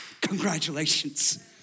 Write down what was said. congratulations